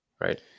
right